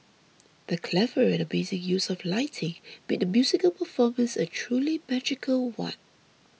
the clever and amazing use of lighting made the musical performance a truly magical one